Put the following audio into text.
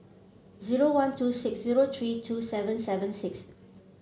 zero one two six zero three two seven seven six